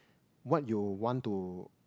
what you want to